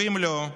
ואם לא,